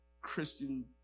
Christian